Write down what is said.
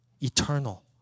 eternal